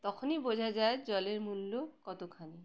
তখনই বোঝা যায় জলের মূল্য কতখানি